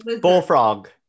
Bullfrog